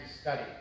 study